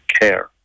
care